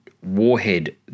Warhead